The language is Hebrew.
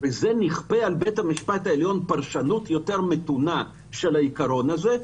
בית המשפט העליון ייתן פרשנות יותר מתונה של העיקרון הזה,